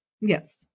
Yes